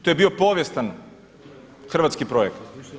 To je bio povijestan hrvatski projekt.